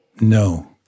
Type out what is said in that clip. No